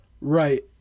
Right